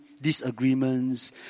disagreements